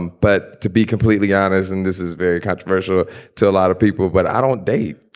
but to be completely honest and this is very controversial to a lot of people. but i don't date.